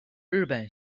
日本